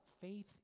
faith